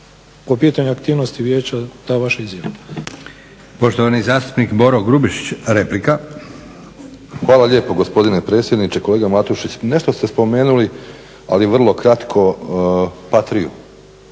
kao pitanje aktivnosti vijeća ta vaša izjava.